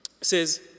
says